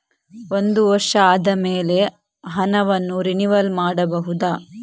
ಒಂದು ವರ್ಷ ಆದಮೇಲೆ ಹಣವನ್ನು ರಿನಿವಲ್ ಮಾಡಬಹುದ?